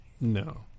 No